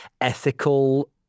ethical